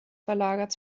verlagert